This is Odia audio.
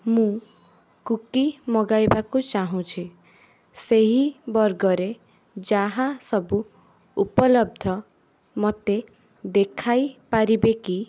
ମୁଁ କୁକି ମଗାଇବାକୁ ଚାହୁଁଛି ସେହି ବର୍ଗରେ ଯାହା ସବୁ ଉପଲବ୍ଧ ମୋତେ ଦେଖାଇ ପାରିବେ କି